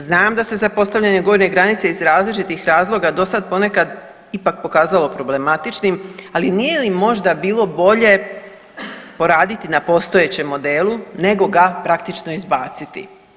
Znam da se za postavljanje gornje granice iz različitih razloga do sad ponekad ipak pokazalo problematičnim, ali nije li možda bilo bolje poraditi na postojećem modelu nego ga praktično izbaciti?